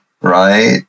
right